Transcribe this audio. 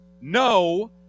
no